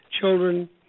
children